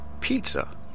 pizza